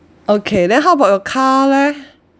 okay then how about your car leh